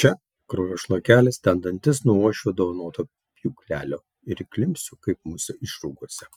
čia kraujo šlakelis ten dantis nuo uošvio dovanoto pjūklelio ir įklimpsiu kaip musė išrūgose